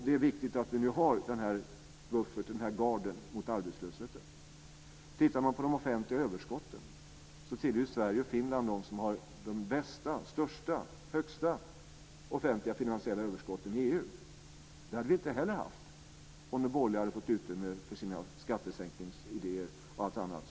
Det är viktigt att vi nu har en buffert mot arbetslösheten. Sett till de offentliga överskotten är Sverige och Finland bland de länder som har de största offentliga finansiella överskotten i EU. Det hade vi inte heller haft om de borgerliga hade fått utrymme för sina skattesänkningsidéer och allt annat.